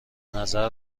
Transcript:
نظر